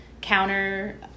counter